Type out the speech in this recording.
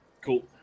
Cool